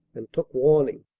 and took warning.